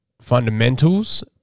fundamentals